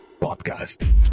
podcast